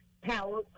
power